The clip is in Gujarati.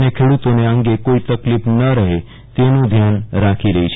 અને ખેડૂતોને આ અંગે કોઈ તકલીફ ન રહે તેનું ધ્યાન રાખી રહી છે